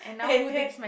and then